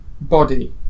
body